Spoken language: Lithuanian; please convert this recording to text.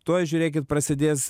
tuoj žiūrėkit prasidės